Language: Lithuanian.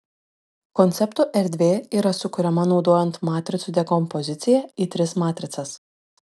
konceptų erdvė yra sukuriama naudojant matricų dekompoziciją į tris matricas